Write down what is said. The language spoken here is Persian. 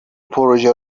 پروژه